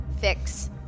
fix